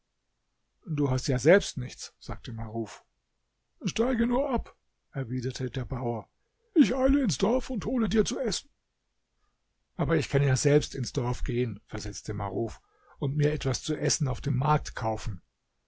du hast ja selbst nichts sagte maruf steige nur ab erwiderte der bauer ich eile ins dorf und hole dir zu essen aber ich kann ja selbst ins dorf gehen versetzte maruf und mir etwas zu essen auf dem markt kaufen